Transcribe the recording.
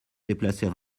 déplacer